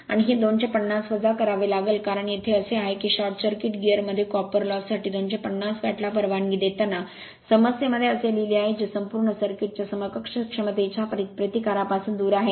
आणि हे 250 वजा करावे लागेल कारण येथे असे आहे की शॉर्ट सर्किट गीअर मध्ये कॉपर लॉस साठी 250 वॅटला परवानगी देताना समस्येमध्ये असे लिहिले आहे जे संपूर्ण सर्किट च्या समकक्ष क्षमतेच्या प्रतिकारापासून दूर आहे